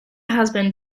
husband